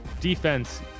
defense